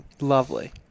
Lovely